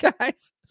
guys